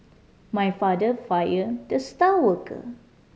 my father fired the star worker